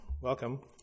welcome